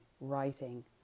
writing